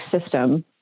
system